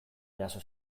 eraso